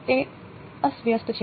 તે અસ્તવ્યસ્ત છે